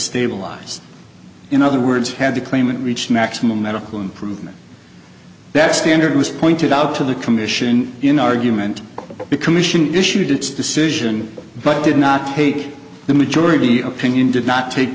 stabilized in other words had the claimant reach maximum medical improvement that standard was pointed out to the commission in argument because mission issued its decision but did not take the majority opinion did not take